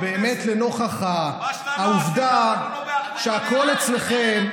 שלכם, באמת, לנוכח העובדה שהכול אצלכם,